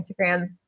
Instagram